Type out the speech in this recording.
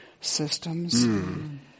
systems